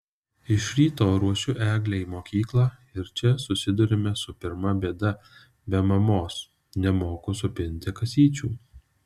iš ryto ruošiu eglę į mokyklą ir čia susiduriame su pirma bėda be mamos nemoku supinti kasyčių